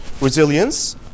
Resilience